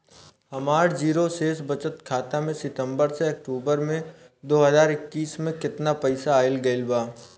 हमार जीरो शेष बचत खाता में सितंबर से अक्तूबर में दो हज़ार इक्कीस में केतना पइसा आइल गइल बा?